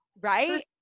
Right